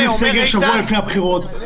אם יש סגר שבוע לפני הבחירות,